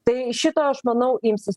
tai šito aš manau imsis